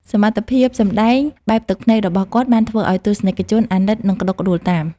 សមត្ថភាពសម្ដែងបែបទឹកភ្នែករបស់គាត់បានធ្វើឱ្យទស្សនិកជនអាណិតនិងក្ដុកក្ដួលតាម។